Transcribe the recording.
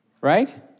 right